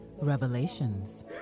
revelations